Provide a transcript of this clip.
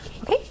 Okay